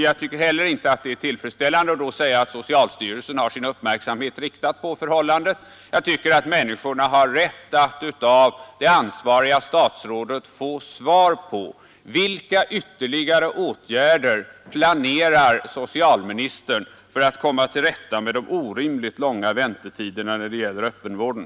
Jag tycker heller inte att det är tillfredsställande att då säga att socialstyrelsen har sin uppmärksamhet riktad på förhållandet. Människorna har rätt att av det ansvariga statsrådet få svar på frågan: Vilka ytterligare åtgärder planerar socialministern för att komma till rätta med de orimligt långa väntetiderna när det gäller öppenvården?